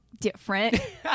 different